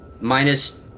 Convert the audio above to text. minus